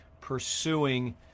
pursuing